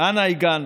אנה הגענו.